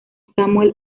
samuel